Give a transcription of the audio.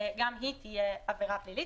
גם היא תהיה עבירה פלילית.